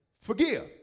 forgive